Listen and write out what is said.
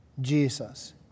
Jesus